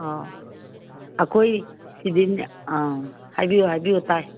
ꯑꯧ ꯑꯩꯈꯣꯏ ꯑꯥ ꯍꯥꯏꯕꯤꯎ ꯍꯥꯏꯕꯤꯎ ꯇꯥꯏ